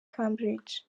cambridge